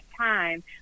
time